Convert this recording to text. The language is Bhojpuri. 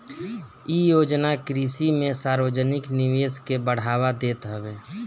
इ योजना कृषि में सार्वजानिक निवेश के बढ़ावा देत हवे